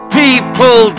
people